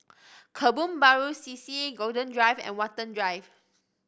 Kebun Baru C C Golden Drive and Watten Drive